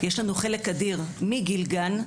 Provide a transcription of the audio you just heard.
יש לנו חלק אדיר מגיל גן,